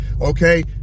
okay